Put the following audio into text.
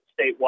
statewide